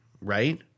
Right